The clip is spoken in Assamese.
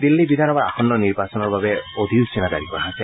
দিল্লী বিধানসভাৰ আসন্ন নিৰ্বাচনৰ বাবে অধিসূচনা জাৰি কৰা হৈছে